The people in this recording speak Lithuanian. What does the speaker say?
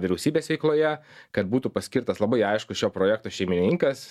vyriausybės veikloje kad būtų paskirtas labai aiškus šio projekto šeimininkas